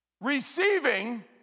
receiving